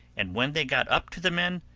and when they got up to the men,